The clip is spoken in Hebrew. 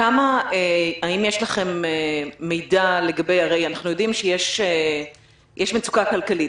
האם יש לכם מידע אנחנו יודעים שיש מצוקה כלכלית.